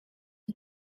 the